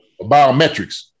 biometrics